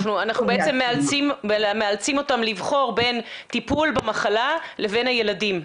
אנחנו בעצם מאלצים אותן לבחור בין טיפול במחלה לבין הילדים,